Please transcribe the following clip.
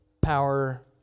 power